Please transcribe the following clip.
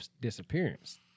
disappearance